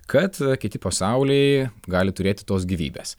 kad kiti pasauliai gali turėti tos gyvybės